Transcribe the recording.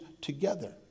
together